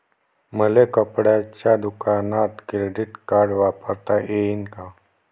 मले कपड्याच्या दुकानात क्रेडिट कार्ड वापरता येईन का?